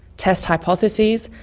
test hypotheses,